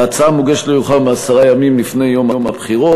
ההצעה מוגשת לא יאוחר מעשרה ימים לפני יום הבחירות,